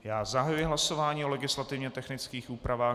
Já zahajuji hlasování o legislativně technických úpravách.